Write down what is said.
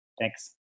Thanks